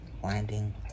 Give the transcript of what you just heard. winding